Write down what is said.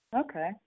Okay